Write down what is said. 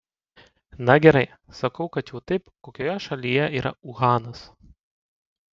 na gerai sakau kad jau taip kokioje šalyje yra uhanas